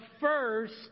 first